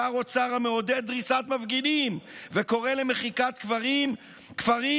שר אוצר המעודד דריסת מפגינים וקורא למחיקת כפרים,